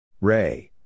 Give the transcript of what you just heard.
Ray